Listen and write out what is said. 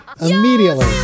Immediately